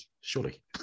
surely